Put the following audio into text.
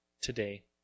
today